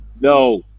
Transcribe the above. No